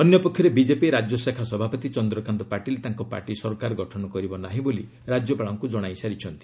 ଅନ୍ୟପକ୍ଷରେ ବିଜେପି ରାଜ୍ୟଶାଖା ସଭାପତି ଚନ୍ଦ୍ରକାନ୍ତ ପାଟିଲ୍ ତାଙ୍କ ପାର୍ଟି ସରକାର ଗଠନ କରିବ ନାହିଁ ବୋଲି ରାଜ୍ୟପାଳଙ୍କୁ ଜଣାଇ ସାରିଛି